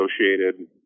associated